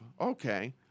Okay